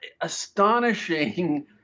astonishing